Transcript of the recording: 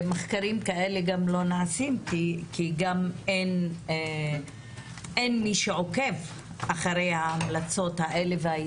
מחקרים כאלה גם לא נעשים כי אין מי שעוקב אחרי ההמלצות האלה ואחר